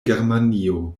germanio